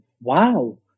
wow